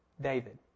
David